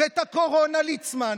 ואת הקורונה, ליצמן,